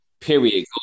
period